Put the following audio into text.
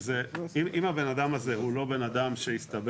אם הבן אדם הזה הוא לא בן אדם שהסתבר